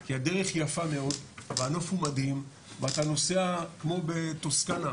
כי הדרך יפה מאוד והנוף הוא מדהים ואתה נוסע כמו בטוסקנה,